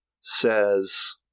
says